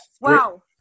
Wow